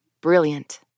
Brilliant